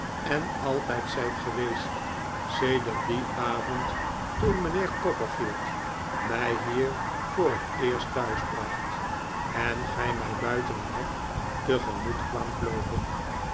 en altijd ziit geweest sedert dien avond toen mijnheer copperfield mij hier voor het eerst thuis bracht en gij mij buiten het hek tegemoet kwaamt loopen